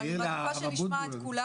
אבל אני מעדיפה שנשמע את כולם.